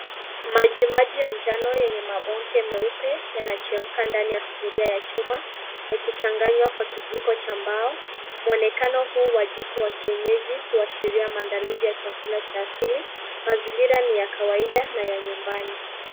Maji maji ya njano yenye mavuke meupe yanachemka ndani ya sufuria ya chuma, yakichanganywa kwa kijiko cha mbao. Mwonekano huu wa jiko wa kienyeji huashiria maandalizi ya chakula cha asili. Mazingira ni ya kawaida na ya nyumbani.